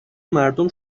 مردم